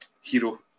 hero